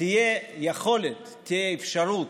תהיה יכולת, תהיה אפשרות,